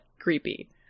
creepy